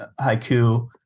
haiku